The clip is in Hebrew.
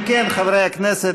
אם כן, חברי הכנסת,